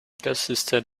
consisted